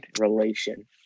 Relation